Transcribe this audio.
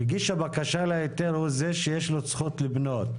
מגיש הבקשה להיתר הוא זה שיש לו זכות לבנות.